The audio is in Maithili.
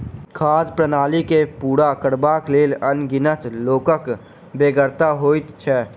खाद्य प्रणाली के पूरा करबाक लेल अनगिनत लोकक बेगरता होइत छै